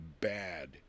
bad